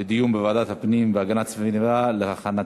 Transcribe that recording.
התשע"ד 2014, לוועדת הפנים והגנת הסביבה נתקבלה.